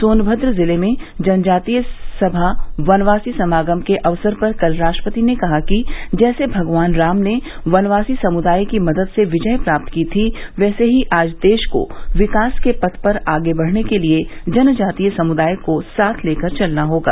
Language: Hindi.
सोनभद्र जिले में जनजातीय सभा वनवासी समागम के अवसर पर कल राष्ट्रपति ने कहा कि जैसे भगवान राम ने वनवासी समुदाय की मदद से विजय प्राप्त की थी वैसे ही आज देश को विकास के पथ पर आगे बढ़ने के लिए जनजातीय समुदाय को साथ लेकर चलना होगा